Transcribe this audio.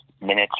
minutes